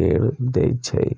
कैर दै छै